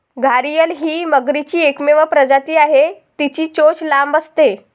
घारीअल ही मगरीची एकमेव प्रजाती आहे, तिची चोच लांब असते